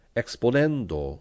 exponendo